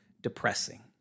depressing